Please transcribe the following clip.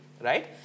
Right